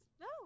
No